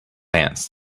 ants